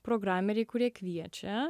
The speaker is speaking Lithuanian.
programeriai kurie kviečia